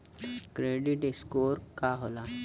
Credit score का होला?